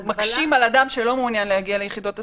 מקשים על אדם שלא מעוניין להגיע ליחידות הסיוע,